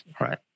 right